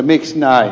miksi näin